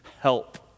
help